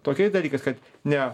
tokiais dalykais kad ne